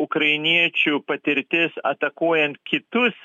ukrainiečių patirtis atakuojant kitus